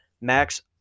Max